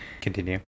Continue